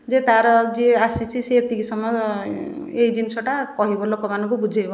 ଯେ ତା'ର ଯିଏ ଆସିଛି ସେ ଏତିକି ସମୟ ଏଇ ଜିନିଷଟା କହିବ ଲୋକମାନଙ୍କୁ ବୁଝେଇବ